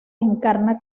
encarna